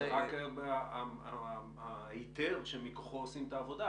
זה רק ההיתר שמכוחו עושים את העבודה,